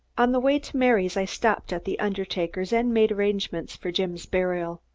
on the way to mary's i stopped at the undertaker's and made arrangements for jim's burial.